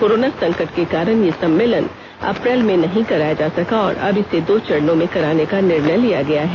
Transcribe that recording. corona संकट के कारण यह सम्मेलन अप्रैल में नहीं कराया जा सका और अब इसे दो चरणों में कराने का निर्णय लिया गया है